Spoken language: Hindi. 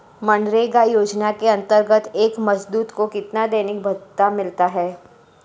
मनरेगा योजना के अंतर्गत एक मजदूर को कितना दैनिक भत्ता मिलता है?